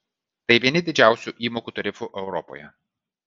tai vieni didžiausių įmokų tarifų europoje